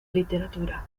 literatura